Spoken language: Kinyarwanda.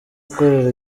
gukorera